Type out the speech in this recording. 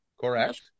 correct